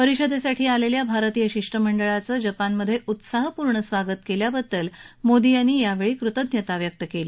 परिषदेसाठी आलेल्या भारतीय शिष्टमंडळाचं जपानमध्ये उत्साहपूर्ण स्वागत केल्याबद्दल मोदी यांनी यावेळी कृतज्ञतेची भावना व्यक्त केली